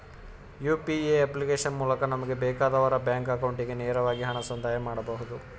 UPA application ಮೂಲಕ ನಮಗೆ ಬೇಕಾದವರ ಬ್ಯಾಂಕ್ ಅಕೌಂಟಿಗೆ ನೇರವಾಗಿ ಹಣ ಸಂದಾಯ ಮಾಡಬಹುದು